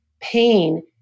pain